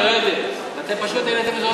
מיקי, תתחיל לרדת, אתם פשוט העליתם את זה עוד פעם.